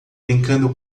brincando